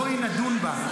בואי נדון בה.